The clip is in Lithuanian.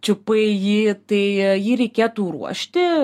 čiupai jį tai jį reikėtų ruošti